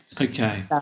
Okay